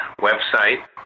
website